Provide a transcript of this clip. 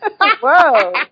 Whoa